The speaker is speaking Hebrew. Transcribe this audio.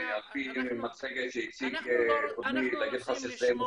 על פי מצגת שהציג קודמי- -- אנחנו רוצים לשמוע